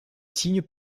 signes